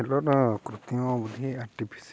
କୃତ୍ରିମ ବୁଦ୍ଧି ଆର୍ଟିଫିସିଆଲ